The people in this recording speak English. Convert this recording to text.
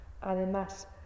Además